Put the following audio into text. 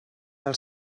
del